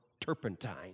turpentine